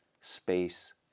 space